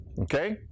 okay